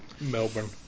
Melbourne